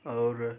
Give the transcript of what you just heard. और